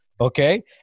okay